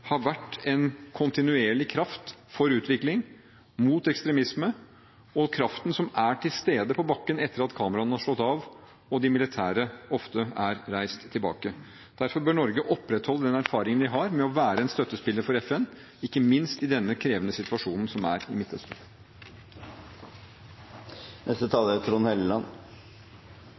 har vært en kontinuerlig kraft for utvikling mot ekstremisme – og kraften som er til stede på bakken etter at kameraene er slått av og de militære ofte er reist tilbake. Derfor bør Norge opprettholde den erfaringen man har med å være en støttespiller for FN, ikke minst i den krevende situasjonen som er i Midtøsten.